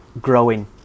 growing